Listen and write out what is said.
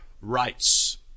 rights